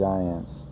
Giants